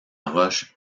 roche